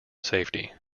safety